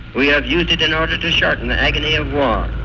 we have used it in order to shorten ah agony of war,